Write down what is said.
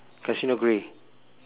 casino grey